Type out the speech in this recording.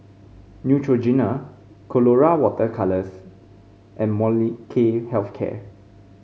Neutrogena Colora Water Colours and Molnylcke Health Care